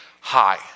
hi